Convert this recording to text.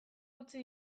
gutxi